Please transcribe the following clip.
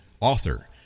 author